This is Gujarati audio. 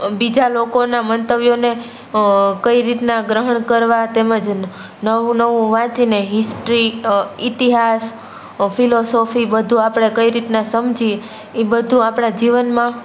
બીજા લોકોના મંતવ્યોને કઈ રીતના ગ્રહણ કરવાં તેમજ નવું નવુ વાંચીને હિસ્ટ્રી ઇતિહાસ ફિલોસોફી બધું આપણે કઈ રીતનાં સમજીએ એ બધું આપણાં જીવનમાં